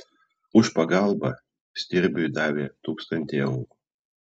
už pagalbą stirbiui davė tūkstantį eurų